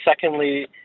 secondly